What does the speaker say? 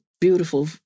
beautiful